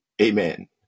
Amen